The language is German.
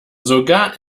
sogar